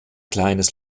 kleines